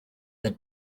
the